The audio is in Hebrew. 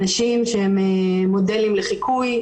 נשים שהן מודלים לחיקוי,